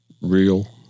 real